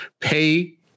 Pay